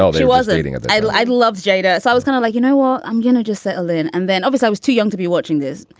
um she was ah eating. i i loves jada. so i was kind of like, you know what? i'm going to just settle in. and then i was i was too young to be watching this,